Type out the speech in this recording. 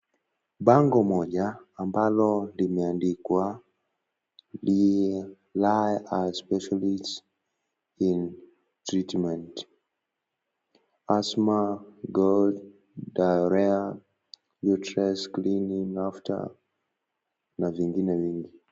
Bango moja ambalo limeandikwa lie are spesialists in treatment asthma gout diarhoea uterus cleaning after na vingine vingi.